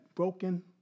Broken